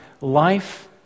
life